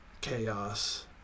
chaos